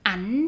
Ảnh